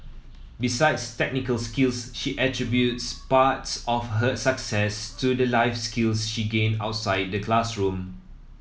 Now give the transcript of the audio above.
besides technical skills she attributes parts of her success to the life skills she gained outside the classroom